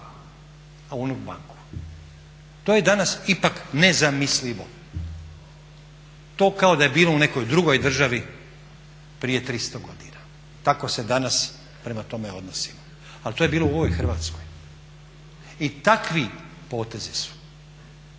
a unuk banku. To je danas ipak nezamislivo. To kao da je bilo u nekoj drugoj državi prije 300 godina, tako se danas prema tome odnosimo. Ali to je bilo u ovoj Hrvatskoj. I takvi potezi su